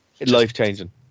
life-changing